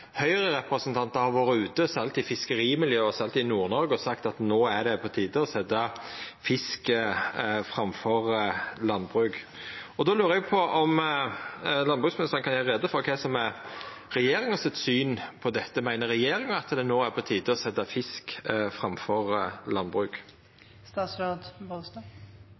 har vore ute i fiskerimiljø og i Nord-Noreg og sagt at no er det på tide å setja fisk framfor landbruk. Då lurer eg på om landbruksministeren kan gjera greie for kva som er regjeringa sitt syn på dette. Meiner regjeringa at det no er på tide å setja fisk framfor